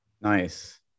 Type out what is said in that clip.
Nice